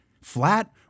Flat